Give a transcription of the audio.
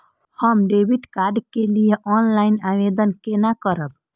हम debit card के लिए ऑनलाइन आवेदन केना करब?